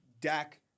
Dak